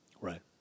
Right